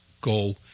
go